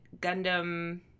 gundam